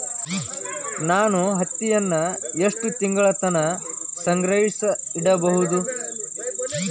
ನಾನು ಹತ್ತಿಯನ್ನ ಎಷ್ಟು ತಿಂಗಳತನ ಸಂಗ್ರಹಿಸಿಡಬಹುದು?